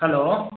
hello